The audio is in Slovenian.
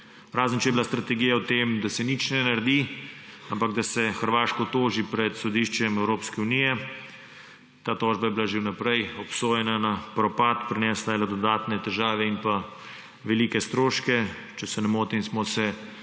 Razen, če je bila strategija, da se nič ne naredi, ampak da se Hrvaško toži pred sodiščem Evropske unije. Ta tožba je bila že v naprej obsojena na propad. Prinesla je le dodatne težave in velike stroške. Če se ne motim, smo se